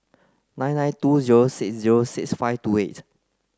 nine nine two zero six zero six five two eight